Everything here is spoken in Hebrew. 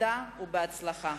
תודה ובהצלחה.